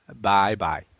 Bye-bye